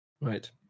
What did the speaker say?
Right